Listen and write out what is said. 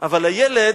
אבל הילד,